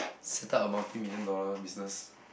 settle a multi million dollar business